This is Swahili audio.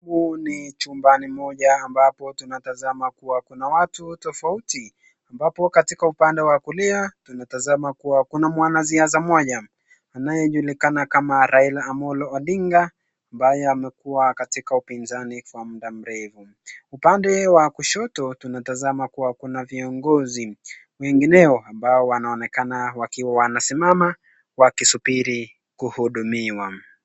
Huu ni chumbani moja ambapo tunatazama kuwa kuna watu tofauti ambapo katika upande wa kulia tunatazama kuwa kuna mwanasiasa mmoja anayejulikana kama Raila Amolo Odinga ambaye amekuwa katika upinzani kwa muda mrefu. Upande wa kushoto tunatazama kuwa kuna viongozi wengineo ambao wanaoneka wakiwa wanasimama wakisuburi kuhudumiwa.